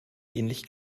ähnlich